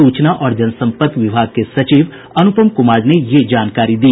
सूचना और जनसम्पर्क विभाग के सचिव अनुपम कुमार ने ये जानकारी दी